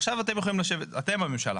עכשיו, אתם יכולים לשבת, אתם הממשלה.